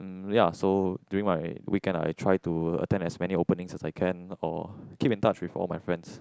ya so during my weekend I try to attend as many openings as I can or keep in touch with all my friends